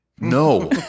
No